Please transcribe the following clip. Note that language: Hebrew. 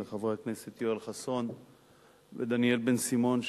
לחברי הכנסת יואל חסון ודניאל בן-סימון,